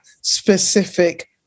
specific